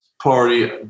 party